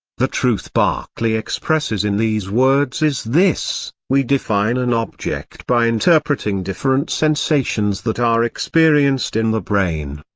the truth berkeley expresses in these words is this we define an object by interpreting different sensations that are experienced in the brain.